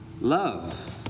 Love